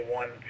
one